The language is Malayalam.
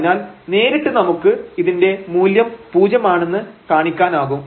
അതിനാൽ നേരിട്ട് നമുക്ക് ഇതിന്റെ മൂല്യം പൂജ്യമാണെന്ന് കാണിക്കാനാകും